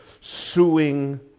suing